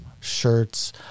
shirts